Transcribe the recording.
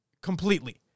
Completely